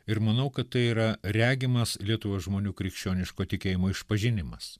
ir manau kad tai yra regimas lietuvos žmonių krikščioniško tikėjimo išpažinimas